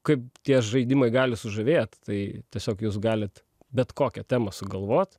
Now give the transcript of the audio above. kaip tie žaidimai gali sužavėt tai tiesiog jūs galit bet kokią temą sugalvot